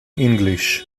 english